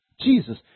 Jesus